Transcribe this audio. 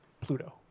Pluto